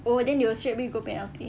oh then they will straightaway go penalty